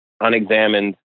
unexamined